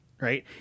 Right